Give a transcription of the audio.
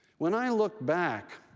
when i look back,